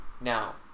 Now